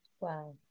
Wow